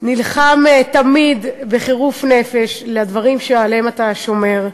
נלחם תמיד בחירוף נפש למען הדברים שעליהם אתה שומר.